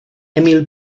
emil